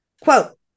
quote